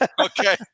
Okay